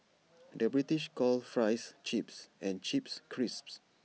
the British calls Fries Chips and Chips Crisps